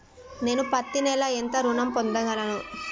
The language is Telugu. నేను పత్తి నెల ఎంత ఋణం పొందగలను?